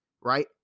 right